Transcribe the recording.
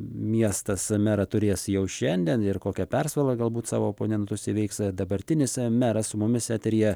miestas merą turės jau šiandien ir kokia persvara galbūt savo oponentus įveiks dabartinis meras su mumis eteryje